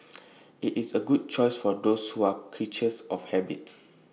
IT is A good choice for those who are creatures of habit